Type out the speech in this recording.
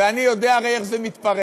ואני הרי יודע איך זה מתפרש.